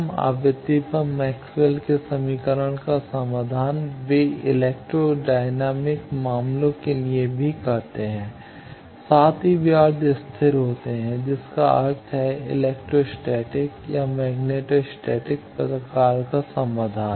कम आवृत्ति पर मैक्सवेल के समीकरण का समाधान वे इलेक्ट्रोडायनामिक मामलों के लिए भी करते हैं साथ ही वे अर्ध स्थिर होते हैं जिसका अर्थ है इलेक्ट्रो स्टैटिक या मैग्नेटो स्टैटिक प्रकार का समाधान